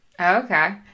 Okay